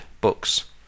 books